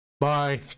Bye